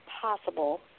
possible